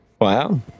Wow